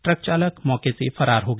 truck चालक मौके से फरार हो गया